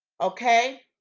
okay